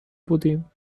بودیم